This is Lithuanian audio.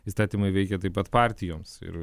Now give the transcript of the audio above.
įstatymai veikia taip pat partijoms ir